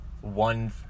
one